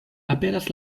aperas